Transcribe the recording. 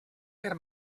per